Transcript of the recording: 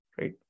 right